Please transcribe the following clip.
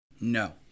No